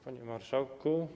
Panie Marszałku!